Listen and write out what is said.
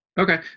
okay